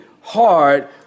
hard